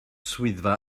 swyddfa